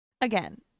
again